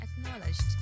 acknowledged